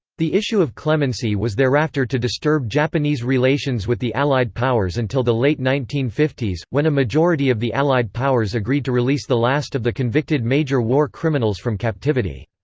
the issue of clemency was thereafter to disturb japanese relations with the allied powers until the late nineteen fifty s, when a majority of the allied powers agreed to release the last of the convicted major war criminals from captivity.